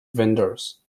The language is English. vendors